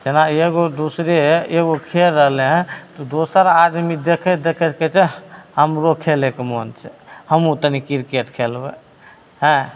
जेना एगो दोसरे एगो खेल रहलै हँ तऽ दोसर आदमी देखैत देखैत कहै छै हमरो खेलैके मोन छै हमहूँ तनि किरकेट खेलबै हेँ